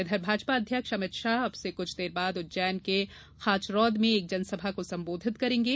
इधर भाजपा अध्यक्ष अमित शाह अब से कुछ देर बाद उज्जैन के खाचरौद में एक जनसभा को संबोधित करेंगे